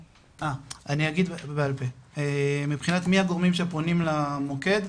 אני אגיד בעל פה - מבחינת מי הגורמים שפונים למוקד,